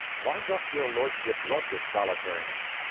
why doth your lordship love this solitariness?